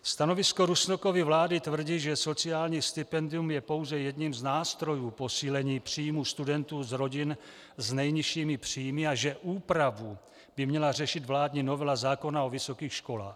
Stanovisko Rusnokovy vlády tvrdí, že sociální stipendium je pouze jedním z nástrojů posílení příjmů studentů z rodin s nejnižšími příjmy a že úpravu by měla řešit vládní novela zákona o vysokých školách.